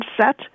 set